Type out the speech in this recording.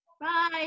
Bye